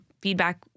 feedback